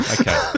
Okay